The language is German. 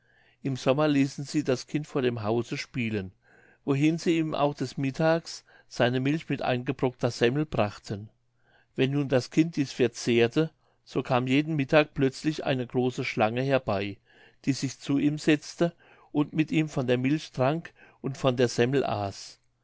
im sommer ließen sie das kind vor dem hause spielen wohin sie ihm auch des mittags seine milch mit eingebrockter semmel brachten wenn nun das kind dies verzehrte so kam jeden mittag plötzlich eine große schlange herbei die sich zu ihm setzte und mit ihm von der milch trank und von der semmel aß